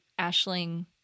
Ashling